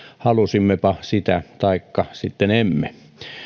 halusimmepa sitä taikka sitten emme